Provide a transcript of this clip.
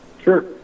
Sure